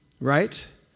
Right